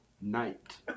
Night